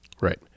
right